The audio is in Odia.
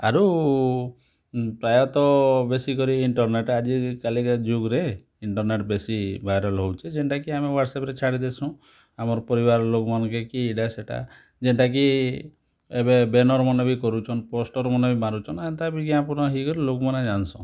ଆରୁ ପ୍ରାୟତଃ ବେଶୀ କରି ଇଣ୍ଟରନେଟ୍ ଆଜି କାଲି କା ଯୁଗ୍ ରେ ଇଣ୍ଟରନେଟ୍ ବେଶୀ ଭାଇରାଲ୍ ହେଉଛି ଯେନ୍ତା କି ୱାଟ୍ସପ୍ରେ ଛାଡ଼ି ଦଉସୁଁ ଆମର୍ ପରିବାର ଲୋକ୍ ମନ୍ କେ କି ଏଇଟା ସେଇଟା ଯେନ୍ଟା କି ଏବେ ବ୍ୟାନର୍ ମାନ ବି କରୁଛନ୍ ପୋଷ୍ଟର୍ ମାନ ବି ମାରୁଛନ୍ ଏନ୍ତା ବିଜ୍ଞାପନ୍ ହୋଇଗଲେ ଲୋକମାନେ ଜାଣସନ୍